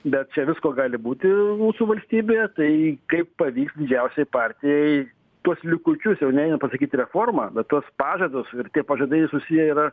bet čia visko gali būti mūsų valstybėje tai kaip pavyks didžiausiai partijai tuos likučius jau neina pasakyt reforma bet tuos pažadus ir tie pažadai susiję yra